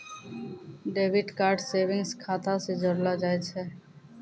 debit card savings खाता से जोड़लो जाय छै